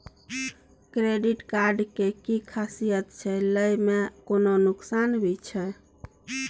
Credit card के कि खासियत छै, लय में कोनो नुकसान भी छै?